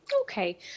Okay